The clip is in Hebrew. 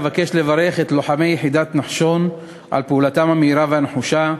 אבקש לברך את לוחמי יחידת נחשון על פעולתם המהירה והנחושה,